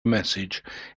message